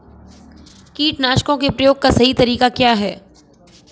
कीटनाशकों के प्रयोग का सही तरीका क्या है?